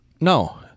No